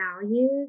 values